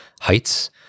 heights